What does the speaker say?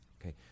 Okay